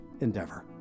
Endeavor